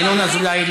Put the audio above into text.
ינון אזולאי,